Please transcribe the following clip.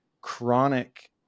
Chronic